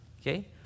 okay